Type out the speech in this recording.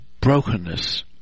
brokenness